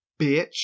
Bitch